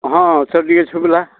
ହଁ ଅଛ ଟିକେ ଶୁଭିଲା